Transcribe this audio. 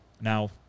Now